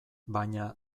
baina